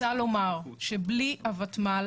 בלי הותמ"ל,